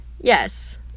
Yes